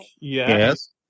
yes